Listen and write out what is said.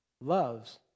loves